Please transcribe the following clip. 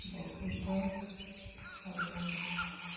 ବହୁତ ଅଲଗା